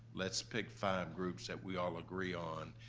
let's pick five groups that we all agree on,